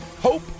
Hope